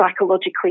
psychologically